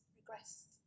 regressed